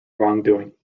wrongdoing